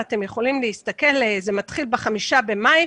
ואתם יכולים להסתכל שזה מתחיל ב-5 במאי.